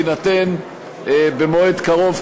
תינתן במועד קרוב,